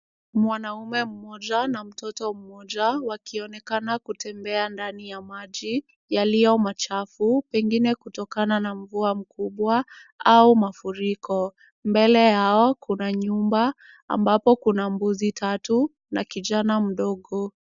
Mwanaume mmoja na mtoto mmoja wakionekana kutembea ndani ya maji yaliyo machafu, pengine kutokana na mvua mkubwa au mafuriko. Mbele yao kuna nyumba ambapo kuna mbuzi tatu na kijana mdogo.